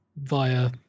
via